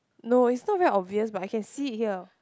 no is not very obvious but I can see it here